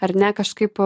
ar ne kažkaip